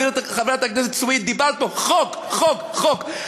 חברת הכנסת סויד, אמרת פה: חוק, חוק, חוק.